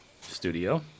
studio